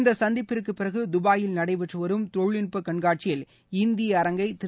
இந்த சந்திப்பிற்கு பிறகு துபாயில் நடைபெற்று வரும் தொழில்நுட்ப கண்காட்சியில் இந்திய அரங்கை திரு